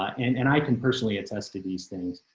and and i can personally attest to these things.